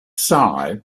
side